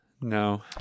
No